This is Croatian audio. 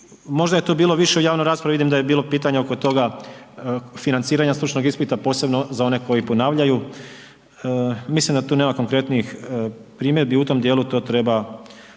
možda je tu bilo u javnoj raspravi, vidim da je bilo pitanje oko toga financiranja stručnog ispita, posebno za one koji ponavljaju, mislim da tu nema konkretnijih primjedbi, u tom djelu to treba